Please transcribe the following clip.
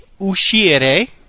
uscire